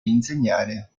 insegnare